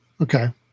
Okay